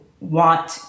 want